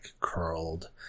curled